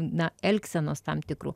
na elgsenos tam tikrų